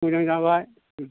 मोजां जाबाय